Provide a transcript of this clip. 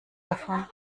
davon